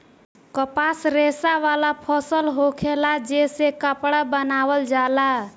कपास रेशा वाला फसल होखेला जे से कपड़ा बनावल जाला